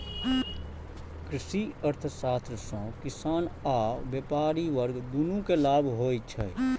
कृषि अर्थशास्त्र सं किसान आ व्यापारी वर्ग, दुनू कें लाभ होइ छै